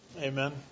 Amen